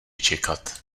čekat